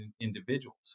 individuals